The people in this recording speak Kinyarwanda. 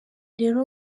rero